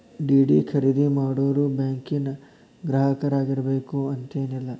DD ಖರೇದಿ ಮಾಡೋರು ಬ್ಯಾಂಕಿನ್ ಗ್ರಾಹಕರಾಗಿರ್ಬೇಕು ಅಂತೇನಿಲ್ಲ